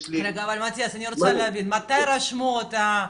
רגע, אבל מטיאס, אני רוצה להבין מתי רשמו אותה?